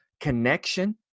connection